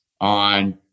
on